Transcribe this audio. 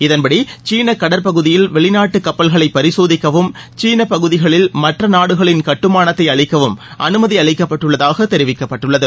இதன்படி சீன கடற்பகுதியில் வெளிநாட்டு கப்பல்களை பரிசோதிக்கவும் சீன பகுதிகளில் மற்ற நாடுகளின் கட்டுமானத்தை அளிக்கவும் அனுமதி அளிக்கப்பட்டுள்ளதாக தெரிவிக்கப்பட்டுள்ளது